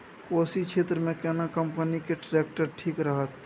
कोशी क्षेत्र मे केना कंपनी के ट्रैक्टर ठीक रहत?